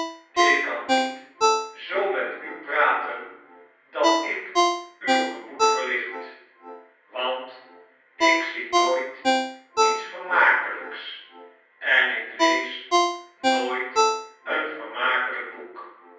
ik kan niet zoo met u praten dat ik uw gemoed verlicht want ik onbedwingbare gedachten zie nooit ieis vermakelijks en ik lees nooit een vermakelljk boek